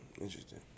Interesting